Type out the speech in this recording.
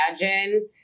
imagine